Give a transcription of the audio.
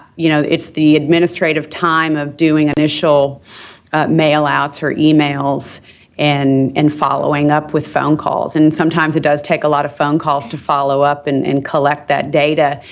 you know, it's the administrative time of doing initial mail-outs or emails and and following up with phone calls, and sometimes it does take a lot of phone calls to follow up and and collect that data,